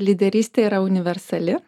lyderystė yra universali